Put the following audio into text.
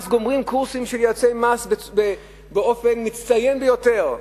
עשרות נשים גומרות קורסים של יועצי מס בהצטיינות יתירה,